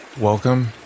Welcome